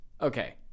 okay